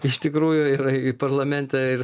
iš tikrųjų ir į parlamente ir